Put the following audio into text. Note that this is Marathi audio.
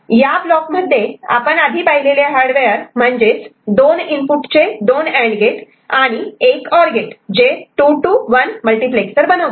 या ब्लॉकमध्ये आपण आधी पाहिलेले हार्डवेअर म्हणजेच 2 इनपुट चे दोन अँड गेट आणि एक और गेट जे 2 to 1 मल्टिप्लेक्सर बनवते